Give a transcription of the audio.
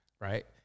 right